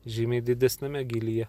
žymiai didesniame gylyje